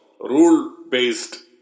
rule-based